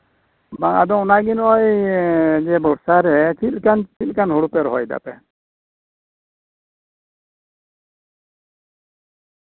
ᱵᱟᱝ ᱟᱫᱚ ᱚᱱᱟᱜᱮ ᱱᱚᱜᱼᱚᱭ ᱱᱤᱭᱟᱹ ᱵᱚᱨᱥᱟ ᱨᱮ ᱪᱮᱫᱞᱮᱠᱟᱱ ᱦᱩᱲᱩ ᱯᱮ ᱨᱚᱦᱚᱭ ᱮᱫᱟᱯᱮ